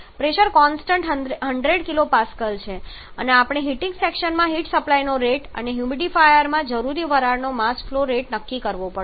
pressure constant 100 kPa છે અને આપણે હીટિંગ સેક્શનમાં હીટ સપ્લાયનો રેટ અને હ્યુમિડિફાયરમાં જરૂરી વરાળનો માસ ફ્લો રેટ નક્કી કરવો પડશે